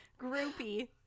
Groupie